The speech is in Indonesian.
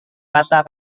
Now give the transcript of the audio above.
kata